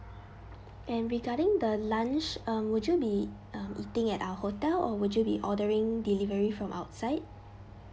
and regarding the lunch um would you be um eating at our hotel or would you be ordering delivery from outside